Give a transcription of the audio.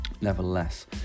Nevertheless